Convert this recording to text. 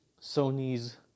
Sony's